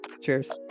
cheers